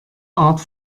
art